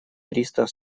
триста